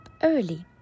early